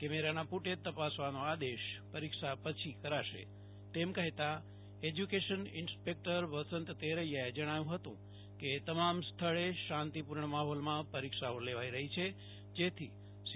કેમેરાના ફૂટેજ તપાસવાનો આદેશ પરીક્ષા પછી કરાશે તેમ કહેતાં એશ્યુકેશન ઈન્સ્પેકરટ વસંત તેરૈયાએ જણાવ્યું હતું કેતમામ સ્થળે શાંતિપૂર્ણ માહોલમાં પરીક્ષાઓ લેવાઈ રહી છે જેથી સી